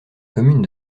commune